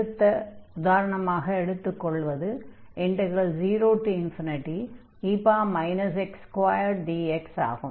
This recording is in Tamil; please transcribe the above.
அடுத்த உதாரணமாக எடுத்துக் கொள்வது 0dx ஆகும்